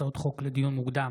הצעות חוק לדיון מוקדם,